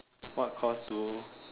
what course do